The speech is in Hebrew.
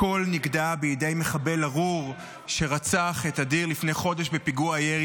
הכול נגדע בידי מחבל ארור שרצח את אדיר לפני חודש בפיגוע ירי